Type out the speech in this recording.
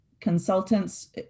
consultants